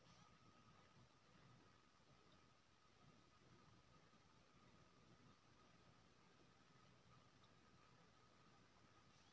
हम अपन बाजरा के उपज के खराब होय से पहिले गोदाम में के तरीका से रैख सके छी?